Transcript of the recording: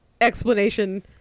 explanation